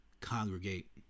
congregate